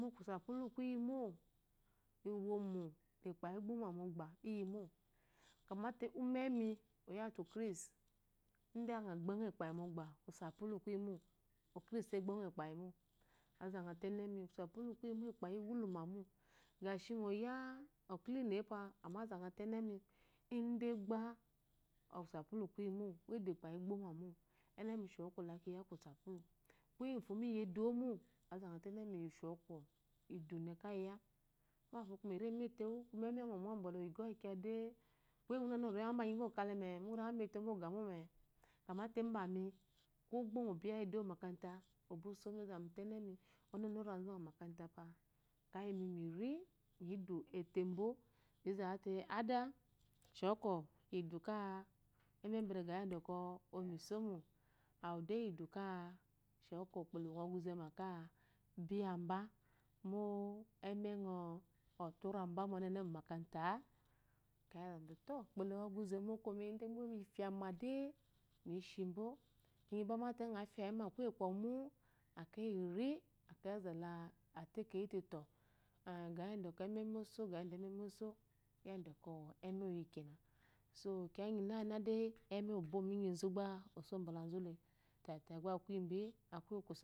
sa kuyi mo, iwomo la ekpayi igbma mogba iyi mo, kyamate umemi oyawu le ograce, ide ana gbongɔ ekpayi mogba osapulu kuyimo ograce agbongɔ ekpayimo azangɔ te enemi kusapulu kuyi mo ekpayi iwulu mamo. Gashi ngɔ ye oclini-c pa amma azangɔ te enemi idegba sapulu kuyi mo edo ekpayi gbomo, ekpayi iwulu ma mo. Azangɔ te enemi ye shookɔ yide kaya mafo kuma are ma elewo, mo ɔbɔle oyi ugɔ wu kuja de ma anyiba okale mo ore melembo mo, kamate mbami ko gba ono biya la eduwo iyi omakata, obosomi ozamita enemi orazuma mu omakata pa, ekeyi miri midu etembo me za wute ada shookɔ ukpo la wu oguze ka buyamba mo emengɔ ɔte orambama mu omakata-a, ekeyi a zɔte ukpo lawu oguze mane ȯkȯmi. Ide gba mi fyade mi shimbo, wu gba amma edo te afya yi ma mu kuye kwɔgu mu, ekeyi iri ekeyi azala atekeyi te ga yada ememi oso, ga yada ememi oso, yada kɔ eme oyi kena, so kiyangina-gina de eme obo mu nyizu gba oso bulazu le tatayi gba aku lyi be, aku iyi kosapulu le.